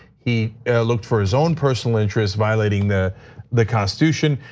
he looked for his own personal interests violating the the constitution,